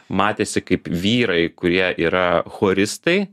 matėsi kaip vyrai kurie yra choristai